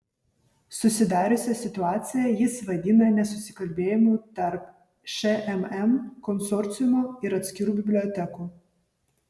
susidariusią situaciją jis vadina nesusikalbėjimu tarp šmm konsorciumo ir atskirų bibliotekų